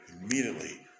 immediately